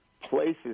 places